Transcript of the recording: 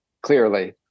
Clearly